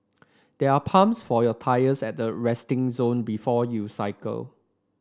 there are pumps for your tyres at the resting zone before you cycle